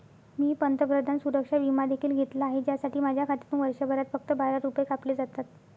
मी पंतप्रधान सुरक्षा विमा देखील घेतला आहे, ज्यासाठी माझ्या खात्यातून वर्षभरात फक्त बारा रुपये कापले जातात